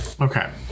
Okay